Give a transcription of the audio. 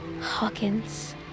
Hawkins